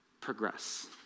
Progress